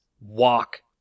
walk